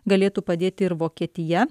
galėtų padėti ir vokietija